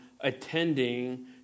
attending